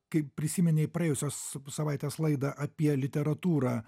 kai prisiminei praėjusios savaitės laidą apie literatūrą